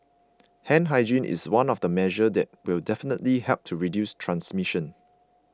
hand hygiene is one of the measures that will definitely help to reduce transmission